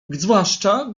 zwłaszcza